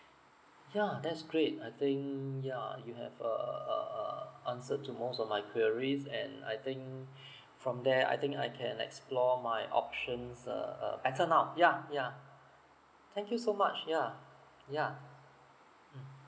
yeah that's great I think yeah you have uh uh uh uh answered to most of my queries and I think from there I think I can explore my options err err better now yeah yeah thank you so much yeah yeah mm